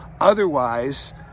Otherwise